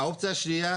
האופציה השנייה,